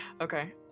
Okay